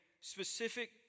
specific